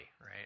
right